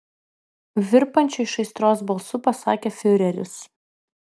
virpančiu iš aistros balsu pasakė fiureris